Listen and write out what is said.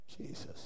Jesus